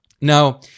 Now